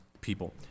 people